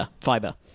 fiber